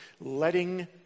letting